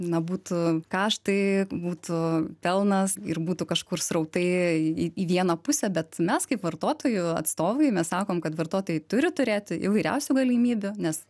na būtų kaštai būtų pelnas ir būtų kažkur srautai į vieną pusę bet mes kaip vartotojų atstovai mes sakom kad vartotojai turi turėti įvairiausių galimybių nes